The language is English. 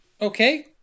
Okay